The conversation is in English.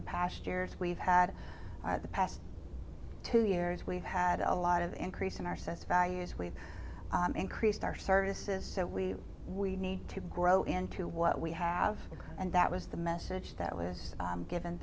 the past years we've had the past two years we've had a lot of increase in our sense values we've increased our services so we we need to grow into what we have and that was the message that was given